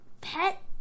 pet